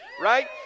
right